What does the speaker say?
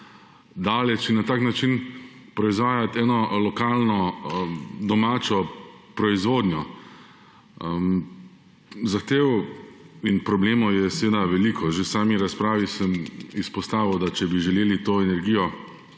in na tak način ustvarjati lokalno, domačo proizvodnjo. Zahtev in problemov je seveda veliko. Že v sami razpravi sem izpostavil, da če bi želeli to energijo,